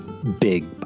big